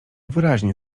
wyraźnie